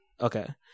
okay